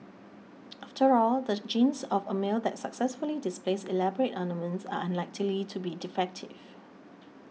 after all the genes of a male that successfully displays elaborate ornaments are unlikely to be defective